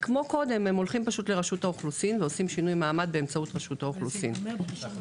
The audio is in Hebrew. כמו קודם הם הולכים לרשות האוכלוסין ועושים באמצעותה שינוי מעמד.